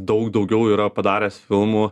daug daugiau yra padaręs filmų